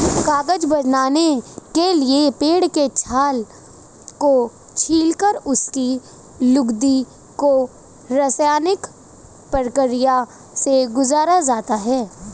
कागज बनाने के लिए पेड़ के छाल को छीलकर उसकी लुगदी को रसायनिक प्रक्रिया से गुजारा जाता है